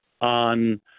on